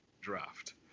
draft